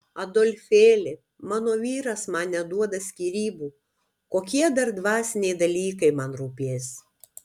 adolfėli mano vyras man neduoda skyrybų kokie dar dvasiniai dalykai man rūpės